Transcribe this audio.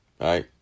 right